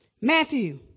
Matthew